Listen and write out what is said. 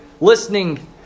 listening